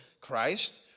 Christ